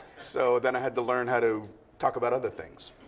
so then i had to learn how to talk about other things.